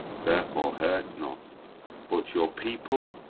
therefore hurt not but your people,